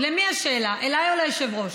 למי השאלה, אליי או ליושב-ראש?